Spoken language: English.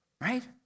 Right